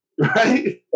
right